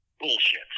Bullshit